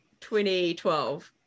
2012